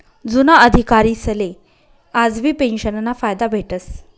जुना अधिकारीसले आजबी पेंशनना फायदा भेटस